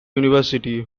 university